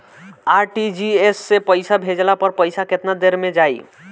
RTGS से पईसा भेजला पर पईसा केतना देर म जाई?